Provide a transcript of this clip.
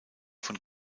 von